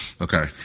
Okay